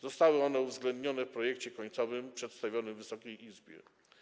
Zostały one uwzględnione w projekcie końcowym przedstawionym Wysokiej Izbie.